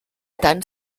tant